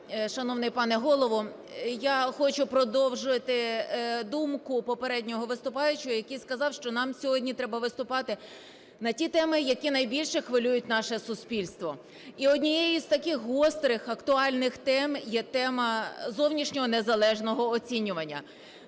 Шановний пане Голово! Я хочу продовжити думку попереднього виступаючого, який сказав, що нам сьогодні треба виступати на ті теми, які найбільше хвилюють наше суспільство. І однією із таких гострих, актуальних тем є тема зовнішнього незалежного оцінювання.